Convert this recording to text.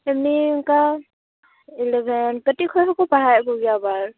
ᱮᱢᱱᱤ ᱚᱱᱠᱟ ᱤᱞᱮᱵᱷᱮᱱ ᱠᱟᱹᱴᱤᱡ ᱠᱷᱚᱱ ᱦᱚᱠᱚ ᱯᱟᱲᱦᱟᱣ ᱠᱚ ᱜᱮᱭᱟ ᱟᱵᱟᱨ